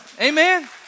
Amen